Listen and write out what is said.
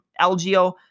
LGO